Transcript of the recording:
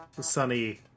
Sunny